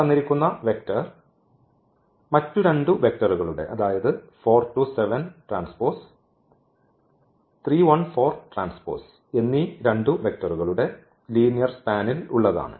തന്നിരിക്കുന്ന വെക്റ്റർ എന്നീ വെക്റ്റർകളുടെ ലീനിയർ സ്പാനിൽ ഉള്ളതാണ്